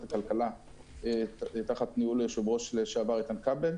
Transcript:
הכלכלה תחת ניהול היושב-ראש לשעבר איתן כבל.